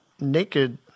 naked